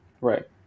right